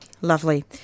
Lovely